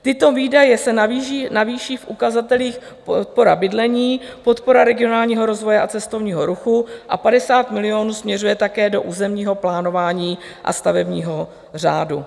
Tyto výdaje se navýší v ukazatelích podpora bydlení, podpora regionálního rozvoje a cestovního ruchu a 50 milionů směřuje také do územního plánování a stavebního řádu.